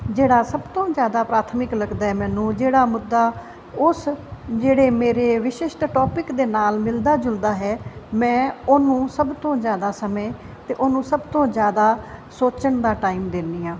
ਜਿਹੜਾ ਸਭ ਤੋਂ ਜ਼ਿਆਦਾ ਪ੍ਰਾਥਮਿਕ ਲੱਗਦਾ ਮੈਨੂੰ ਜਿਹੜਾ ਮੁੱਦਾ ਉਸ ਜਿਹੜੇ ਮੇਰੇ ਵਿਸ਼ਿਸ਼ਟ ਟੋਪਿਕ ਦੇ ਨਾਲ ਮਿਲਦਾ ਜੁਲਦਾ ਹੈ ਮੈਂ ਉਹਨੂੰ ਸਭ ਤੋਂ ਜ਼ਿਆਦਾ ਸਮੇਂ ਅਤੇ ਉਹਨੂੰ ਸਭ ਤੋਂ ਜ਼ਿਆਦਾ ਸੋਚਣ ਦਾ ਟਾਈਮ ਦਿੰਦੀ ਹਾਂ